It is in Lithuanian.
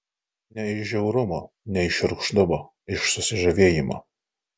ne iš žiaurumo ne iš šiurkštumo iš susižavėjimo